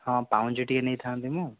ହଁ ପାଉଁଜି ଟିକିଏ ନେଇଥାନ୍ତି ମୁଁ